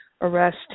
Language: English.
arrest